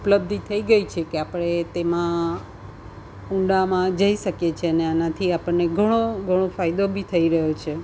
ઉપલબ્ધિ થઈ ગઈ છે કે આપણે તેમાં ઊંડામાં જઈ શકીએ છે અને આનાથી આપણને ઘણો ઘણો ફાયદો બી થઈ રહ્યો છે